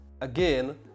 Again